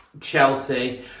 Chelsea